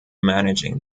managing